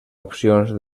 opcions